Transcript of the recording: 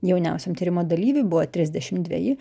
jauniausiam tyrimo dalyviui buvo trisdešim dveji